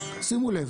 שימו לב,